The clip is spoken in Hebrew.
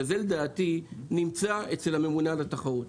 שזה לדעתי נמצא אצל הממונה על התחרות,